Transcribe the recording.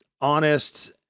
honest